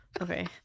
Okay